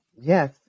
yes